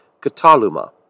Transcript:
kataluma